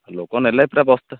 ଲୋକ ନେଲେ ପୂରା ବସ୍ତା